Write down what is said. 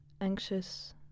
anxious